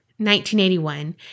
1981